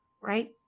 right